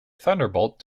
thunderbolt